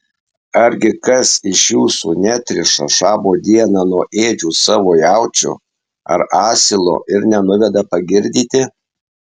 argi kas iš jūsų neatriša šabo dieną nuo ėdžių savo jaučio ar asilo ir nenuveda pagirdyti